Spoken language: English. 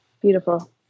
beautiful